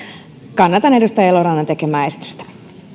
kannatan edustaja elorannan tekemää esitystä